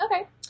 Okay